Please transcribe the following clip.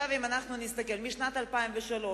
משנת 2003,